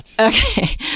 Okay